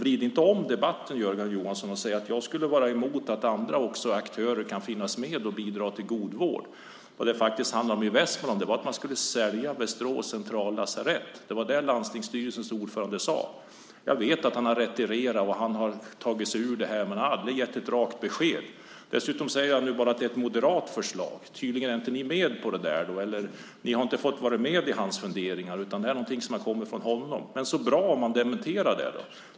Vrid inte om debatten, Jörgen Johansson, och säg att jag skulle vara emot att också andra aktörer kan finnas med och bidra till god vård. Vad det handlade om i Västmanland var att man skulle sälja Västerås centrallasarett. Det var det landstingsstyrelsens ordförande sade. Jag vet att han har retirerat. Han har dragit sig ur det men aldrig gett ett rakt besked. Dessutom säger han nu att det bara är ett moderat förslag. Tydligen är ni inte med på det eller så har ni inte fått vara med i hans funderingar, utan det är någonting som kommer från honom. Men så bra, dementera det då!